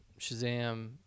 Shazam